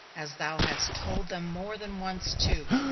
as thou hast told them more than once too.